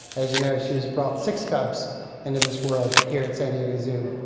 as you know, she has brought six cubs into this world here at san diego zoo.